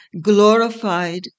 glorified